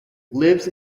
lives